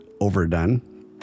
overdone